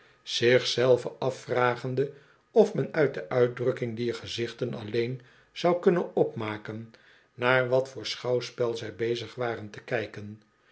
zich zelven afvragende of men uit de uitdrukking dier gezichten alleen zou kunnen opmaken naar wat voor schouwspel zij bezig waren t o kijken